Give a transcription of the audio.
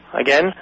Again